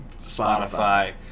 Spotify